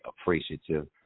appreciative